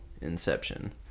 inception